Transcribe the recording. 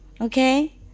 Okay